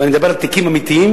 ואני מדבר על תיקים אמיתיים,